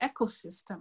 ecosystem